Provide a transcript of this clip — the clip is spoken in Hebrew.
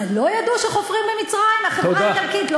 מה, לא ידעו שחופרים במצרים, החברה האיטלקית?